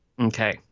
okay